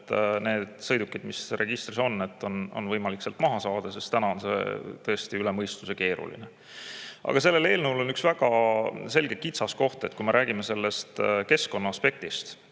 need sõidukid, mis registris on, sealt maha saada. Täna on see tõesti üle mõistuse keeruline. Aga sellel eelnõul on üks väga selge kitsaskoht, kui me räägime keskkonnaaspektist